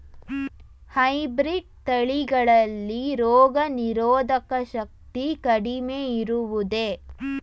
Hybrid ತಳಿಗಳಲ್ಲಿ ರೋಗನಿರೋಧಕ ಶಕ್ತಿ ಕಡಿಮೆ ಇರುವುದೇ?